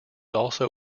also